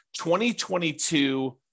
2022